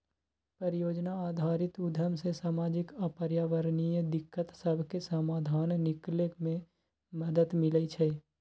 परिजोजना आधारित उद्यम से सामाजिक आऽ पर्यावरणीय दिक्कत सभके समाधान निकले में मदद मिलइ छइ